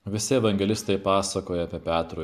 visi evangelistai pasakoja apie petro